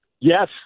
Yes